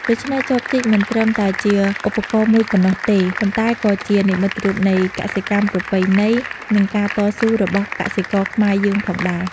ដូចនេះ ចបជីកមិនត្រឹមតែជាឧបករណ៍មួយប៉ុណ្ណោះទេ ប៉ុន្តែក៏ជា និមិត្តរូបនៃកសិកម្មប្រពៃណី និងការតស៊ូរបស់កសិករខ្មែរយើងផងដែរ។